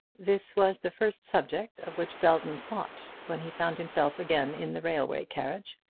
this was the first subject of which belton thought when he found himself again in the railway carriage,